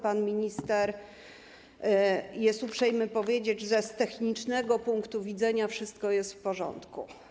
Pan minister był uprzejmy powiedzieć, że z technicznego punktu widzenia wszystko jest w porządku.